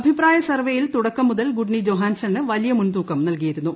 അഭിപ്രായ സർവ്വേയിൽ തുടക്കം മുതൽ ഗുഡ്നി ജൊഹാൻസണ് വലിയ മുൻതൂക്കം നൽകിയിരുന്നു